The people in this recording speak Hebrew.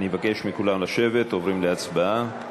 אני מבקש מכולם לשבת, עוברים להצבעה.